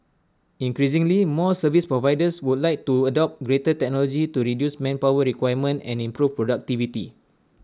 increasingly more service providers would like to adopt greater technology to reduce manpower requirement and improve productivity